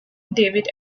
david